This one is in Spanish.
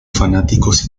fanáticos